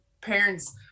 parents